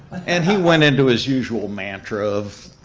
and he went into his usual mantra of,